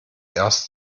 erst